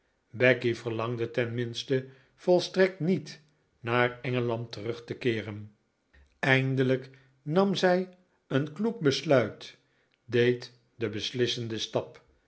becky verlangde ten minste volstrekt niet naar engeland terug te keeren eindelijk nam zij een kloek besluit deed den beslissenden stap